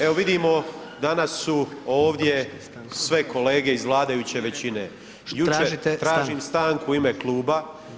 Evo vidimo danas su ovdje sve kolege iz vladajuće većine [[Upadica predsjednik: Tražite stanku?]] Tražim stanku u ime kluba.